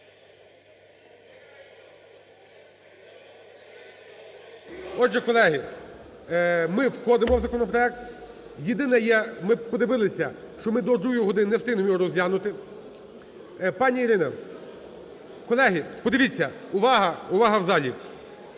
Отже, колеги, ми входимо в законопроект, єдине є, ми подивилися, що ми до другої години не встигнемо його розглянути. Пані Ірина, колеги, подивіться. Увага, увага в залі!